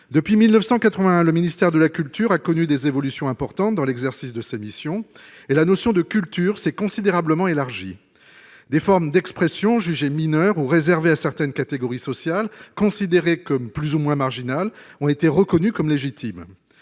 Depuis 1981, le ministère de la culture a connu des évolutions importantes dans l'exercice de ses missions, et la notion de culture s'est considérablement élargie. Des formes d'expression jugées mineures ou réservées à certaines catégories sociales considérées comme plus ou moins marginales ont été reconnues comme légitimes.